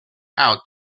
out